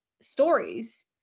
stories